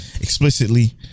explicitly